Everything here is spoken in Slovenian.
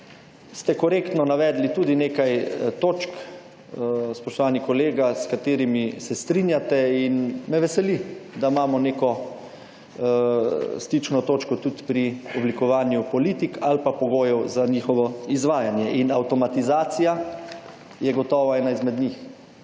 ste korektno navedli tudi nekaj točk, spoštovani kolega, s katerimi se strinjate in me veseli, da imamo neko stično točko tudi pri oblikovanju politik ali pa pogojev za njihovo izvajanje in avtomatizacija je gotovo ena izmed njih.